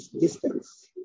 distance